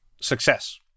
success